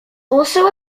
also